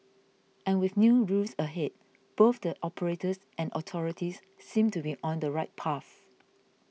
and with new rules ahead both the operators and authorities seem to be on the right path